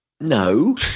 No